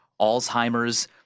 Alzheimer's